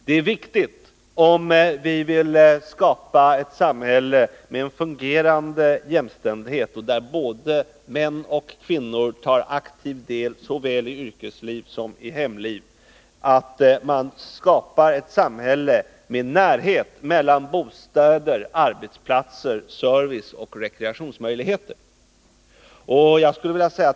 Det är viktigt om vi vill skapa ett samhälle med en fungerande jämställdhet, där både män och kvinnor tar aktiv del i såväl yrkesliv som hemliv, att åstadkomma närhet mellan bostäder, arbetsplatser, service och rekreationsmöjligheter.